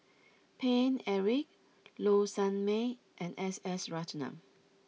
Paine Eric Low Sanmay and S S Ratnam